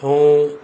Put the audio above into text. ऐं